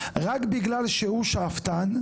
רק בגלל שהוא שאפתן,